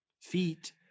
feet